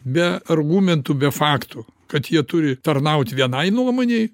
be argumentų be faktų kad jie turi tarnaut vienai nuomonei